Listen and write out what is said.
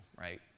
Right